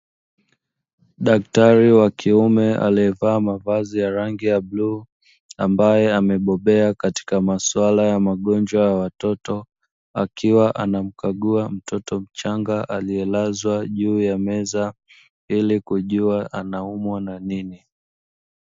Daktari wa kiume aliyevaa mavazi ya rangi ya bluu ambaye amebobea katika maswala ya magonjwa ya watoto, akiwa anamkagua mtoto mchanga aliyelazwa juu ya meza ili kujua anaumwa na nini.